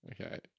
Okay